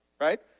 right